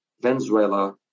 Venezuela